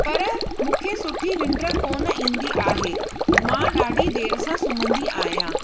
पर मूंखे सुठी निंड कोन ईंदी आहे मां ॾाढी देरि सां सुम्हंदी आहियां